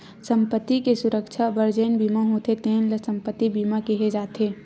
संपत्ति के सुरक्छा बर जेन बीमा होथे तेन ल संपत्ति बीमा केहे जाथे